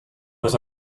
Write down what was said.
was